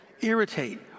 irritate